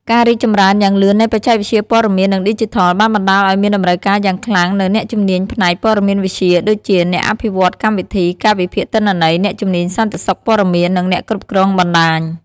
ការរីកចម្រើនយ៉ាងលឿននៃបច្ចេកវិទ្យាព័ត៌មាន និងឌីជីថល បានបណ្តាលឱ្យមានតម្រូវការយ៉ាងខ្លាំងនូវអ្នកជំនាញផ្នែក ព័ត៍មានវិទ្យា ដូចជា អ្នកអភិវឌ្ឍន៍កម្មវិធី អ្នកវិភាគទិន្នន័យ អ្នកជំនាញសន្តិសុខព័ត៌មាន និងអ្នកគ្រប់គ្រងបណ្ដាញ។